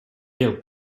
ert